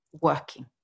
working